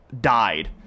died